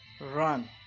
run